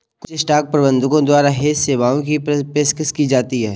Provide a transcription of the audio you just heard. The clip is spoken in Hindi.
कुछ स्टॉक प्रबंधकों द्वारा हेज सेवाओं की पेशकश की जाती हैं